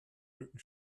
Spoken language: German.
rücken